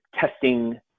testing